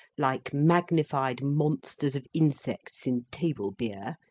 like magnified monsters of insects in table-beer,